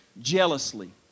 jealously